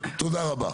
תודה רבה.